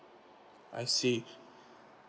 I see